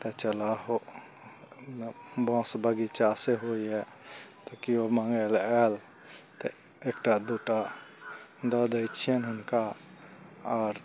तऽ चलहो ओहिमे बाँस बगीचा सेहो यए तऽ केओ माङै लए आयल तऽ एकटा दुट्टा दऽ दै छियैनि हुनका आर